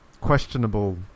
questionable